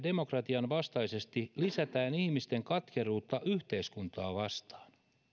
demokratian vastaisesti lisätään ihmisten katkeruutta yhteiskuntaa vastaan